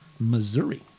Missouri